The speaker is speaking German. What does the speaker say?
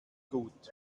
gut